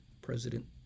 President